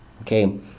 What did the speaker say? okay